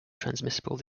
transmissible